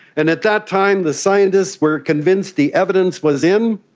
and at that time the scientists were convinced the evidence was in,